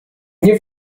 nie